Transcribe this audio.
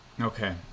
okay